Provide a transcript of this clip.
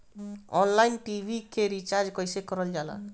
Online TV के recharge कईसे करल जाला?